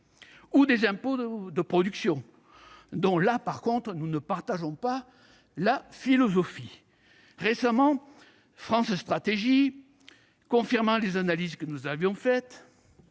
des impôts de production, dont nous ne partageons pas la philosophie. Récemment, France Stratégie, confirmant les analyses que nous avions faites,